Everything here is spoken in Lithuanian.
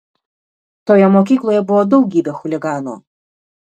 toje mokykloje buvo daugybė chuliganų